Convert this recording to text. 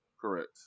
Correct